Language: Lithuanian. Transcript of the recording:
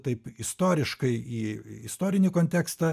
taip istoriškai į istorinį kontekstą